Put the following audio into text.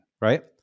right